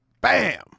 Bam